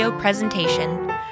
Presentation